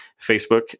Facebook